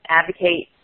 advocate